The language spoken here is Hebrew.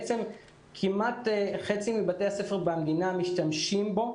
כמעט מחצית מבתי הספר במדינה משתמשים בו.